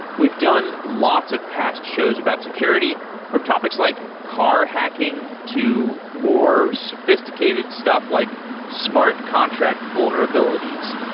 we've done lots of past shows about security from topics like car hacking to more sophisticated stuff, like smart contracting vulnerabilities.